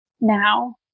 now